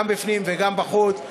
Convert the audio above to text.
גם בפנים וגם בחוץ,